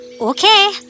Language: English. okay